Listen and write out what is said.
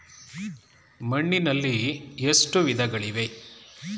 ಮಣ್ಣಿನಲ್ಲಿ ಎಷ್ಟು ವಿಧಗಳಿವೆ?